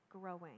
growing